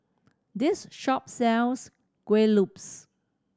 this shop sells Kueh Lopes